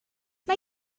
mae